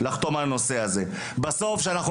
ולדרוש מהם לחתום על הנושא הזה.